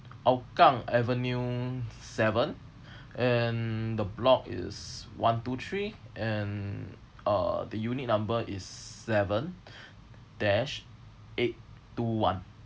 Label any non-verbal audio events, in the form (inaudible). hougang avenue seven (breath) and the block is one two three and uh the unit number is seven (breath) dash eight two one